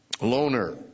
Loner